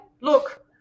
look